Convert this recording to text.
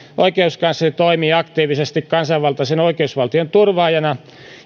oikeuskansleri toimii aktiivisesti kansanvaltaisen oikeusvaltion turvaajana